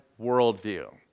worldview